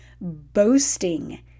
boasting